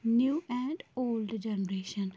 new and old generation